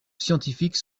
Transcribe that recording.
scientifiques